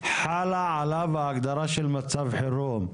חלה עליו ההגדרה של מצב חירום.